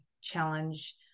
challenge